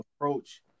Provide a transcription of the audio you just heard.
approach